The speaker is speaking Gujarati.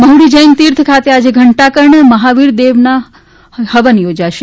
મહુડી જૈન તીર્થ ખાતે આજે ઘટાકર્ણ મહાવીર દેવનો હવન યોજાશે